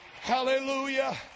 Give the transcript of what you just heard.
Hallelujah